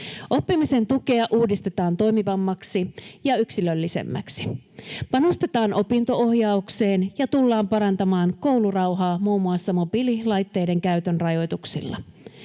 Oppimisen tukea uudistetaan toimivammaksi ja yksilöllisemmäksi. Panostetaan opinto-ohjaukseen ja tullaan parantamaan koulurauhaa muun muassa mobiililaitteiden käytön rajoituksilla.